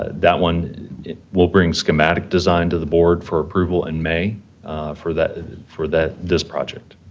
ah that one will bring schematic design to the board for approval in may for that for that this project.